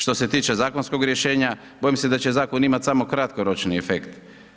Što se tiče zakonskog rješenja, bojim se da će zakon imati samo kratkoročni efekt.